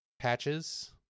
patches